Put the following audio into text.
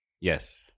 Yes